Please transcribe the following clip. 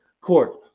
Court